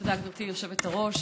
תודה גברתי היושבת-ראש.